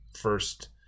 first